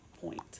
point